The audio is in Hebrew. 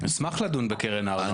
אשמח לדון בקרן הארנונה.